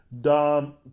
Dom